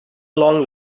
long